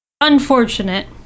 Unfortunate